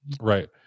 Right